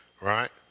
Right